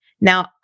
Now